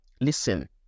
Listen